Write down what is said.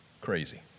crazy